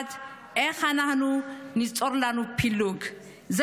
איך אנחנו ניצור לנו פילוג במקום להיות ביחד?